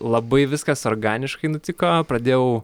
labai viskas organiškai nutiko pradėjau